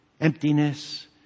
emptiness